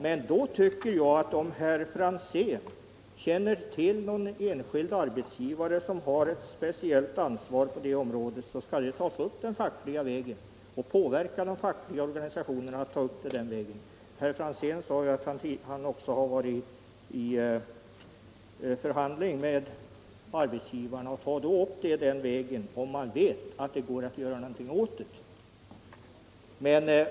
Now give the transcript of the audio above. Men om herr Franzén känner till någon enskild arbetsgivare som har ett speciellt ansvar i det fallet, så skall det tas upp den fackliga vägen. Då skall herr Franzén påverka de fackliga organisationerna att ta upp frågan. Herr Franzén har ju fört förhandlingar med arbetsgivarna; ta då upp frågan den vägen, herr Franzén, om ni vet att det går att göra något åt saken!